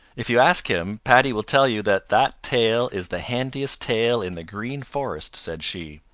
if you ask him paddy will tell you that that tail is the handiest tail in the green forest, said she.